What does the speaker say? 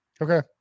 Okay